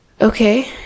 Okay